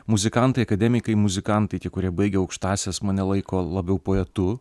muzikantai akademikai muzikantai tie kurie baigę aukštąsias mane laiko labiau poetu